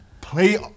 play